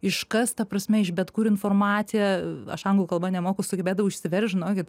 iškas ta prasme iš bet kur informaciją aš anglų kalba nemoku sugebėdavau išsiverst žinokit